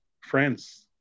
friends